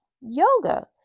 yoga